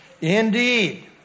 Indeed